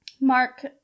mark